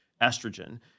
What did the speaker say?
estrogen